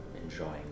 enjoying